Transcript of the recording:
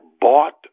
bought